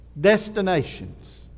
destinations